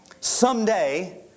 Someday